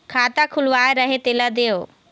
खाता खुलवाय रहे तेला देव?